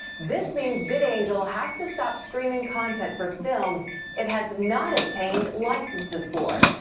this means vid angel has to stop streaming content for films it has not obtained licenses for.